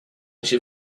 she